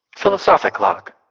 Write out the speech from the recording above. philosophic log